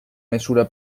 mesura